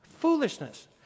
foolishness